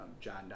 John